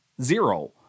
zero